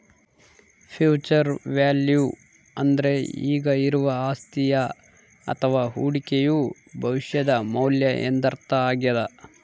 future value ಅಂದ್ರೆ ಈಗ ಇರುವ ಅಸ್ತಿಯ ಅಥವ ಹೂಡಿಕೆಯು ಭವಿಷ್ಯದ ಮೌಲ್ಯ ಎಂದರ್ಥ ಆಗ್ಯಾದ